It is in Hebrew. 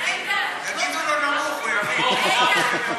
תגידו לו נמוך, הוא יבין.